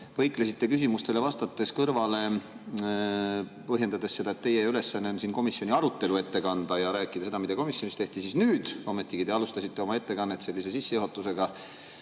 küsimustele vastates kõrvale, põhjendades, et teie ülesanne on siin komisjoni arutelu ette kanda ja rääkida seda, mida komisjonis tehti, siis nüüd ometigi te alustasite oma ettekannet sellise sissejuhatusega,